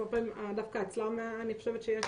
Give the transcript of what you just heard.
אז הרבה פעמים דווקא אצלם אני חושבת שיש